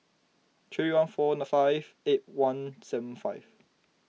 three one four five eight one seven five